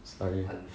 sorry